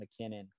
mckinnon